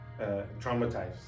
traumatized